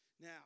Now